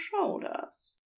shoulders